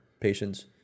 patients